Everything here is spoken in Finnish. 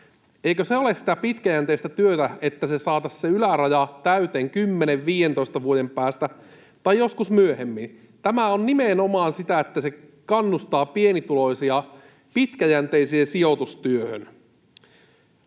eikö se ole sitä pitkäjänteistä työtä, että se yläraja saataisiin täyteen 10—15 vuoden päästä tai joskus myöhemmin? Tämä on nimenomaan sitä, että se kannustaa pienituloisia pitkäjänteiseen sijoitustyöhön.